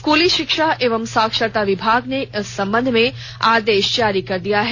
स्कूली शिक्षा एवं साक्षरता विभाग ने इस संबंध में आदेश जारी कर दिया है